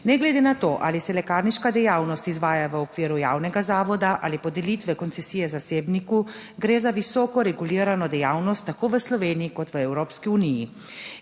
Ne glede na to, ali se lekarniška dejavnost izvaja v okviru javnega zavoda ali podelitve koncesije zasebniku, gre za visoko regulirano dejavnost tako v Sloveniji kot v Evropski uniji.